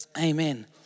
Amen